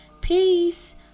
Peace